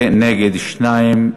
בעד, 11, נגד, 2,